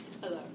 Hello